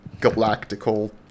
galactical